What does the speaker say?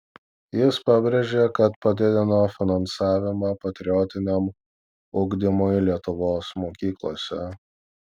jis pabrėžė kad padidino finansavimą patriotiniam ugdymui lietuvos mokyklose